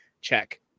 Check